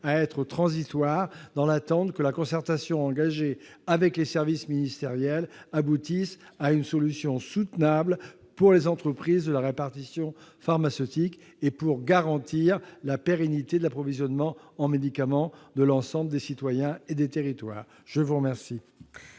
à être transitoires en attendant que la concertation engagée avec les services ministériels aboutisse à une solution soutenable pour les entreprises de la répartition pharmaceutique, dans l'optique de garantir la pérennité de l'approvisionnement en médicaments de l'ensemble des citoyens et des territoires. Quel